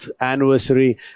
anniversary